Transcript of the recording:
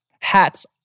Hats